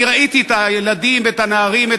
אני ראיתי את הילדים ואת הנערים ואת